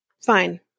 fine